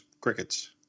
Crickets